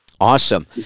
Awesome